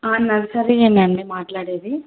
నర్సరీయేనా అండి మాట్లాడేది